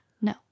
No